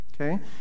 okay